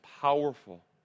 powerful